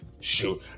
Shoot